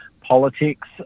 politics